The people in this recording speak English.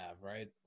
right